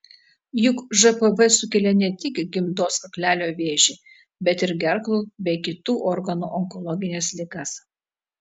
juk žpv sukelia ne tik gimdos kaklelio vėžį bet ir gerklų bei kitų organų onkologines ligas